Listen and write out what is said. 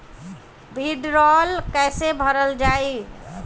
भीडरौल कैसे भरल जाइ?